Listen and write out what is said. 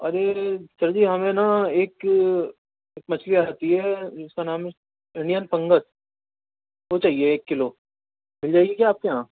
ارے ارے سر جی ہمیں نا ایک مچھلی آتی ہے جس کا نام ہے انڈین پنگش وہ چاہیے ایک کلو مل جائے گی کیا آپ کے یہاں